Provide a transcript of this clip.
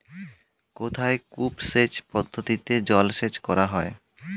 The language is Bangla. কোথায় কূপ সেচ পদ্ধতিতে জলসেচ করা হয়?